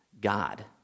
God